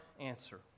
answer